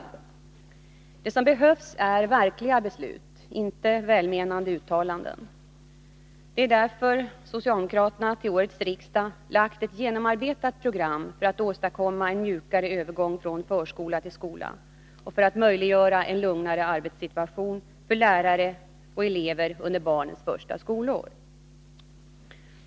Det som behövs är verkliga beslut, inte välmenande uttalanden. Det är därför socialdemokraterna till årets riksdag har lagt fram ett genomarbetat program för att åstadkomma en mjukare gång från förskola till skola och för att möjliggöra en lugnare arbetssituation för lärare och elever under barnens första skolår.